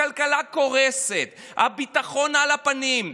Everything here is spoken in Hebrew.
הכלכלה קורסת, הביטחון על הפנים.